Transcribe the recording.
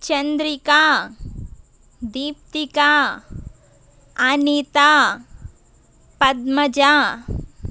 Chandrika Deeptika Anitha Padmaja